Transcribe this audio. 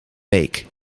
week